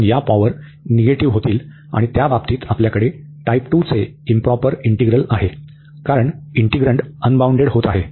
म्हणून या power negative होतील आणि त्या बाबतीत आपल्याकडे टाइप 2 चे इंप्रॉपर इंटीग्रल आहे कारण इंटिग्रन्ड अनबाऊंडेड होत आहे